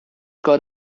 got